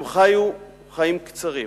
הם חיו חיים קצרים